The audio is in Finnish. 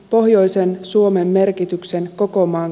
pohjoisen suomen merkityksen koko maan